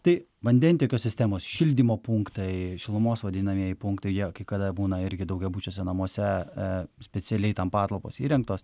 tai vandentiekio sistemos šildymo punktai šilumos vadinamieji punktai jie kai kada būna irgi daugiabučiuose namuose specialiai tam patalpos įrengtos